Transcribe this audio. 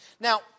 Now